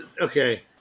okay